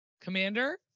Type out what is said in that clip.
Commander